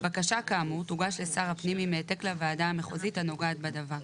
בקשה כאמור תוגש לשר הפנים עם העתק לוועדה המחוזית הנוגעת בדבר,